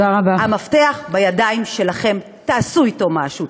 המפתח בידיים שלכם, תעשו אתו משהו.